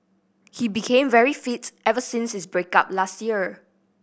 he became very fit ever since his break up last year